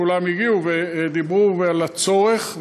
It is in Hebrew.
כולם הגיעו ודיברו על הצורך,